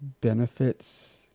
benefits